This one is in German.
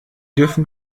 dürfen